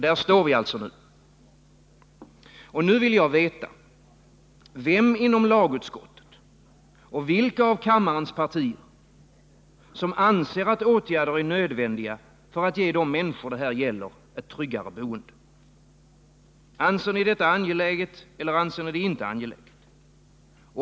Där står vi alltså nu. Och nu vill jag veta vem inom lagutskottet och vilka av kammarens partier som anser att åtgärder är nödvändiga för att ge de människor det här gäller ett tryggare boende. Anser ni detta angeläget, eller anser ni det inte angeläget?